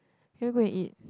can we go and eat